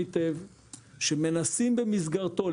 לתמונה כדי לנסות ולסיים אותו כמה שיותר מהר.